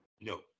No